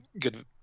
good